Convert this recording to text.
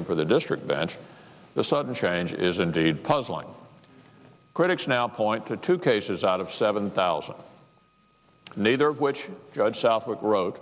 him for the district bench the sudden change is indeed puzzling critics now point to two cases out of seven thousand neither of which judge southwick wrote